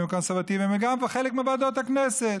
והקונסרבטיבים אלא גם חלק מוועדות הכנסת.